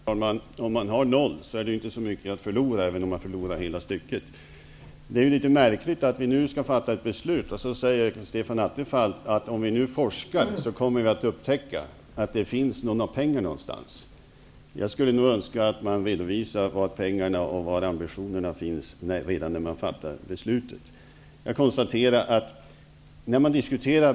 Herr talman! Om man har noll, är det inte så mycket att förlora, även om man förlorar hela stycket. Det är ju litet märkligt att vi nu skall fatta ett beslut och Stefan Attefall säger att om vi forskar, så kommer vi att upptäcka att det finns pengar någonstans. Jag skulle önska att man redovisade var pengar finns redan när man fattar beslutet.